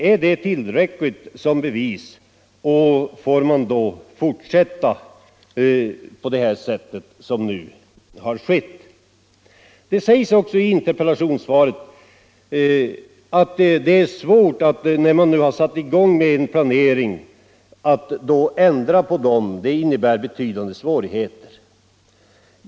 Är det tillräckligt som bevis och får man då fortsätta på det sätt som nu har skett? Statsrådet säger också i interpellationssvaret att när man nu har satt i gång med planeringen innebär det betydande svårigheter att ändra på planerna.